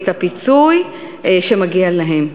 את הפיצוי שמגיעה להן.